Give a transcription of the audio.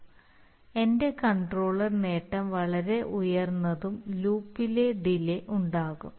അതിനാൽ എന്റെ കൺട്രോളർ നേട്ടം വളരെ ഉയർന്നതും ലൂപ്പിൽ ഡിലേ ഉണ്ടാകും